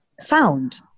sound